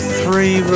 Three